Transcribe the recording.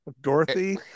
Dorothy